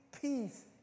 peace